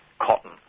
cotton